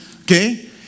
okay